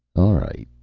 all right.